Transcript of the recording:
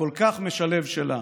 והכל-כך משלב שלה,